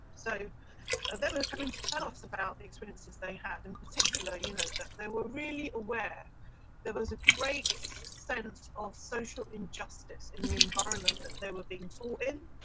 so they were coming to tell us about the experiences they had. in particular, you know that they were really aware there was a great sense of social injustice in the environment that they were being taught in,